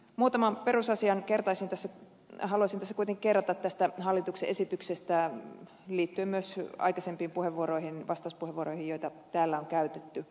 muutaman perusasian haluaisin tässä kuitenkin kerrata tästä hallituksen esityksestä liittyen myös aikaisempiin vastauspuheenvuoroihin joita täällä on käytetty